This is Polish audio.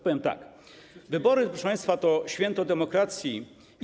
Powiem tak: wybory, proszę państwa, to święto demokracji.